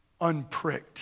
unpricked